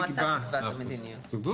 כן.